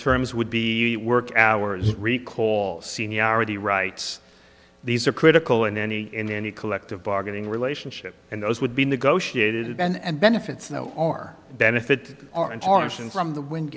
erms would be work hours recall seniority rights these are critical in any in any collective bargaining relationship and those would be negotiated and benefits no our benefit our information from the win